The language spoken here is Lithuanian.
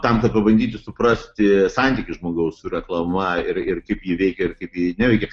tam kad pabandyti suprasti santykį žmogaus reklama ir ir kaip ji veikia kaip ji neveikia